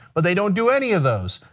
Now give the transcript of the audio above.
but they don't do any of those?